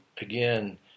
again